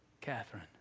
Catherine